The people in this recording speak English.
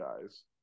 guys